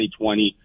2020